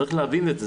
צריך להבין את זה,